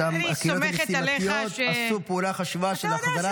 שם הקהילות המשימתיות עשו פעולה חשובה של החזרת התושבים.